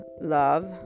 love